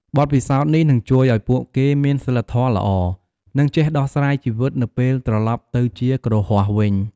បទពិសោធន៍នេះនឹងជួយឱ្យពួកគេមានសីលធម៌ល្អ និងចេះដោះស្រាយជីវិតនៅពេលត្រឡប់ទៅជាគ្រហស្ថវិញ។